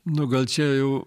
nu gal čia jau